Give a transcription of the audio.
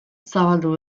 zabaldu